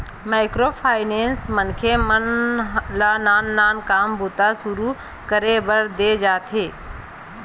micro finance मनखे मन ल नान नान काम बूता सुरू करे बर देय जाथे